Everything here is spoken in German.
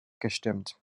gestimmt